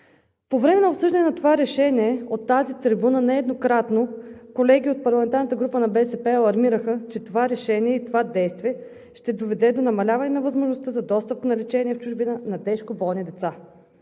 По време на обсъждане на решението от тази трибуна нееднократно колеги от парламентарната група на БСП алармираха, че това решение и това действие ще доведе до намаляване на възможността за достъп до лечение в чужбина на тежко болни деца.